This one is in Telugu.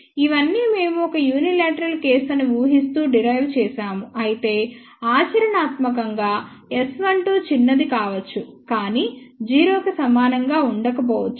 అయితే ఇవన్నీ మేము ఒక యూనిలేట్రల్ కేసు అని ఊహిస్తూ డిరైవ్ చేసాము అయితే ఆచరణాత్మకంగా S12 చిన్నది కావచ్చు కానీ 0 కి సమానంగా ఉండకపోవచ్చు